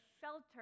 shelter